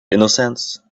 innocence